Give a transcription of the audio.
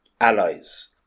allies